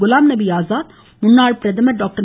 குலாம்நபி ஆசாத் முன்னாள் பிரதமர் டாக்டர்